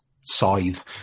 scythe